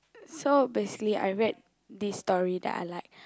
so basically I read this story that I like